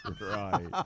right